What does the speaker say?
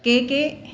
के के